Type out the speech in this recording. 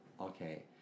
Okay